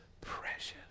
precious